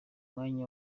mwanya